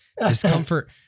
Discomfort